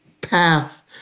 path